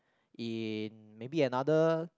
in maybe another